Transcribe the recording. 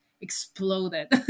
exploded